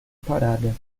parada